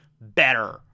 better